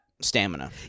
stamina